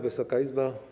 Wysoka Izbo!